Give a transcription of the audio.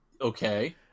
okay